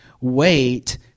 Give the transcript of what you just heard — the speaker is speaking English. wait